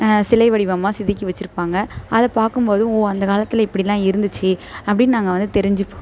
சிலை வடிவமாக செதுக்கி வச்சுருப்பாங்க அதை பார்க்கும் போது ஓ அந்த காலத்தில் இப்படிலாம் இருந்துச்சு அப்படினு நாங்கள் வந்து தெரிஞ்சுப்போம்